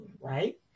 right